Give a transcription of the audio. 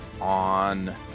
on